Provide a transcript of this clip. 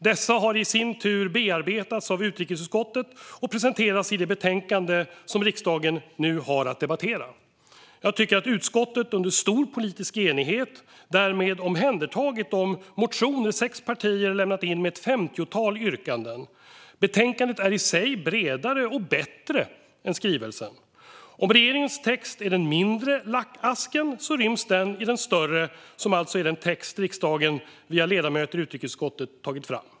Dessa har i sin tur bearbetats av utrikesutskottet och presenteras i det betänkande som riksdagen nu har att debattera. Jag tycker att utskottet under stor politisk enighet därmed har omhändertagit de motioner som sex partier lämnat in med ett femtiotal yrkanden. Betänkandet är i sig bredare och bättre än skrivelsen. Om regeringens text är den mindre lackasken ryms den i den större som alltså är den text som riksdagen via ledamöterna i utrikesutskottet tagit fram.